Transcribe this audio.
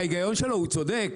ההיגיון שלו צודק,